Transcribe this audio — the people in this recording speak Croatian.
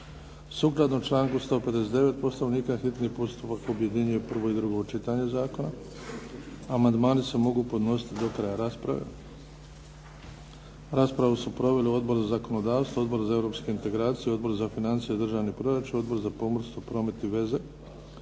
Sukladno članku 159. Poslovnika hitni postupak objedinjuje prvo i drugo čitanje zakona. Amandmani se mogu podnositi do kraja rasprave. Raspravu su proveli Odbor za zakonodavstvo, Odbor za europske integracije, Odbor za financije i državni proračun, Odbor za pomorstvo, prometi i veze.